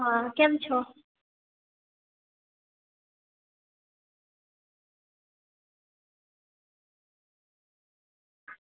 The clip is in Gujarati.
હ કેમ છો